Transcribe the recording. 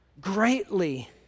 greatly